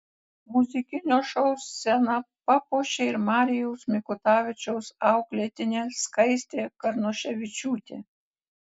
muzikinio šou sceną papuošė ir marijaus mikutavičiaus auklėtinė skaistė karnuševičiūtė